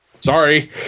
Sorry